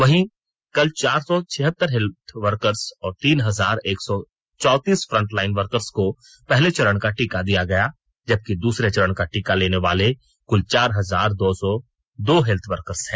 वहीं कल चार सौ छियत्तर हेल्थवर्कर्स और तीन हजार एक सौ चौंतीस फ्रंटलाइन वर्कर्स को पहले चरण का टीका दिया गया जबकि दूसरे चरण का टीका लेने वाले कुल चार हजार दो सौ दो हेल्थवर्कर्स हैं